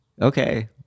Okay